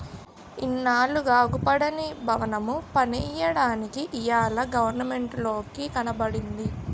ఇన్నాళ్లుగా అగుపడని బవనము పన్నెయ్యడానికి ఇయ్యాల గవరమెంటోలికి కనబడ్డాది